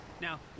Now